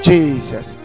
Jesus